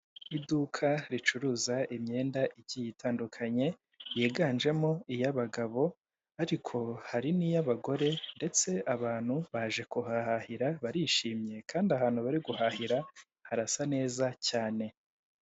Iduka ricuruza imyenda igiye itandukanye yiganjemo iy'abagabo, ariko hari n'iy'abagore; ndetse abantu baje kuhahahira barishimye, kandi ahantu bari guhahira harasa neza cyane.